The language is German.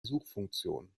suchfunktion